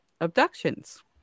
Abductions